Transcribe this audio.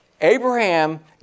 Abraham